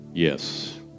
Yes